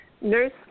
Nurse